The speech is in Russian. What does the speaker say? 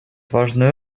важную